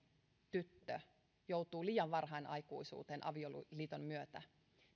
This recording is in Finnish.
tyttö joutuu liian varhain aikuisuuteen avioliiton myötä